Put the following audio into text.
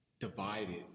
divided